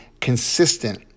consistent